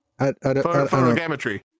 photogrammetry